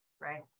right